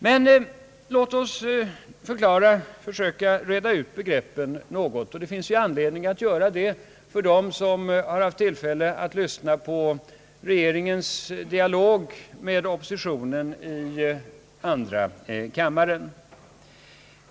Men låt oss försöka reda ut begreppen något. Det finns anledning att göra det för dem som har haft tillfälle att lyssna på regeringens dialog med oppositionen i andra kammaren.